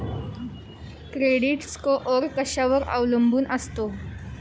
Credit score कशावर अवलंबून असतो?